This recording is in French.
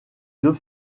deux